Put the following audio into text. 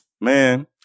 Man